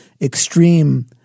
extreme